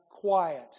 quiet